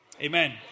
Amen